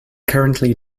currently